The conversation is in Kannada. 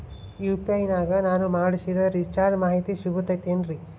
ಯು.ಪಿ.ಐ ನಾಗ ನಾನು ಮಾಡಿಸಿದ ರಿಚಾರ್ಜ್ ಮಾಹಿತಿ ಸಿಗುತೈತೇನ್ರಿ?